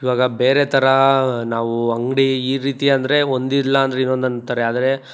ಇವಾಗ ಬೇರೆ ಥರಾ ನಾವು ಅಂಗಡಿ ಈ ರೀತಿ ಅಂದರೆ ಒಂದು ಇಲ್ಲ ಅಂದರೆ ಇನ್ನೊಂದು ಅಂತಾರೆ ಆದರೆ